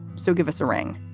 so give us a ring.